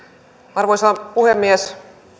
arvoisa puhemies